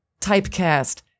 typecast